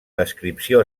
descripció